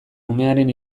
umearen